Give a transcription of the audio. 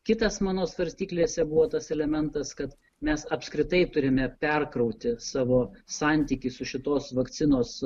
kitas mano svarstyklėse buvo tas elementas kad mes apskritai turime perkrauti savo santykį su šitos vakcinos